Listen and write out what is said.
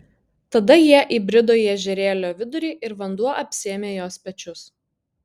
tada jie įbrido į ežerėlio vidurį ir vanduo apsėmė jos pečius